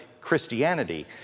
Christianity